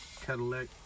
Cadillac